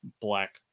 black